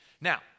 Now